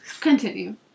Continue